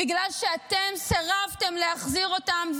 בגלל שאתם סירבתם להחזיר אותם,